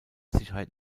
sicherheit